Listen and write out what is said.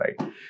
right